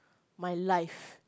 my life